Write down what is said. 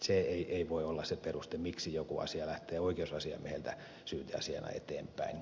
se ei voi olla se peruste miksi jokin asia lähtee oikeusasiamieheltä syyteasiana eteenpäin